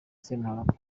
semuhanuka